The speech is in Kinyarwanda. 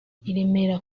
remera